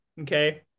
okay